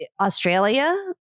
Australia